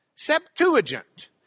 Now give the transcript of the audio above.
Septuagint